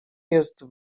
jest